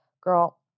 girl